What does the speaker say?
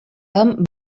amb